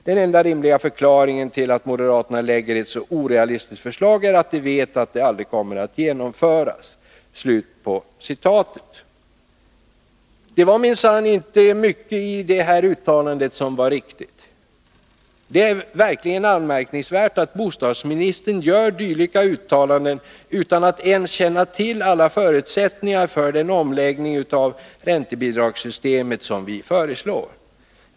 Den enda rimliga förklaringen till att moderaterna lägger ett så orealistiskt förslag är att de vet att det aldrig kommer att genomföras.” Det var minsann inte mycket i det uttalandet som var riktigt. Det är verkligen anmärkningsvärt att bostadsministern gör dylika uttalanden utan att ens känna till alla förutsättningar för den omläggning av räntebidragssystemet som vi föreslår.